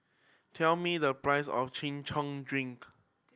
tell me the price of Chin Chow drink